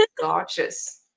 gorgeous